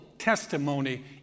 testimony